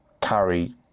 carry